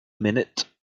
minute